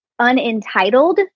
unentitled